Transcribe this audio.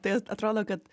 tai atrodo kad